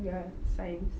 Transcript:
ya science